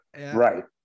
right